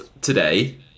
today